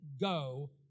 go